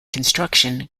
construction